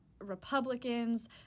Republicans